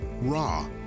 raw